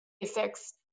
basics